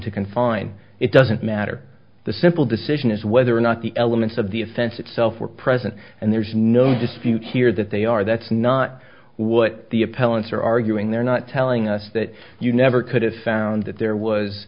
to confine it doesn't matter the simple decision is whether or not the elements of the offense itself were present and there's no dispute here that they are that's not what the appellant's are arguing they're not telling us that you never could have found that there was